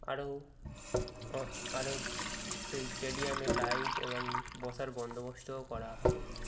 আরও আরও সেই স্টেডিয়ামে লাইট এবং বসার বন্দোবস্তও করা হবে